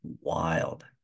wild